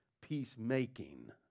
peacemaking